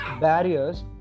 Barriers